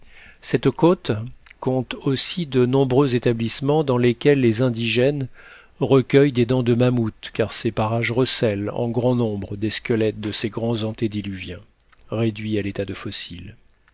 cette côte compte aussi de nombreux établissements dans lesquels les indigènes recueillent des dents de mammouths car ces parages recèlent en grand nombre des squelettes de ces grands antédiluviens réduits à l'état fossile